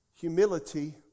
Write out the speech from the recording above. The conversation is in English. Humility